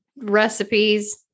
recipes